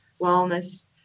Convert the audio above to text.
wellness